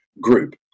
group